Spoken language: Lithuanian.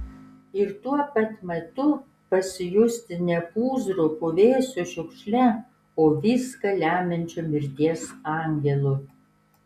ir tuo pat metu pasijusti ne pūzru puvėsiu šiukšle o viską lemiančiu mirties angelu